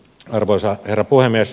arvoisa herra puhemies